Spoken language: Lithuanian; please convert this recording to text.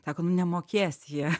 sako nu nemokės jie